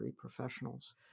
professionals